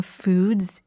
foods